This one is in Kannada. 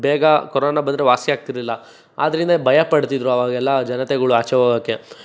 ಬೇಗ ಕೊರೋನಾ ಬಂದರೆ ವಾಸಿಯಾಗ್ತಿರ್ಲಿಲ್ಲ ಆದ್ದರಿಂದ ಭಯ ಪಡ್ತಿದ್ರು ಆವಾಗೆಲ್ಲ ಜನತೆಗಳು ಆಚೆ ಹೋಗಕ್ಕೆ